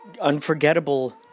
unforgettable